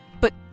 But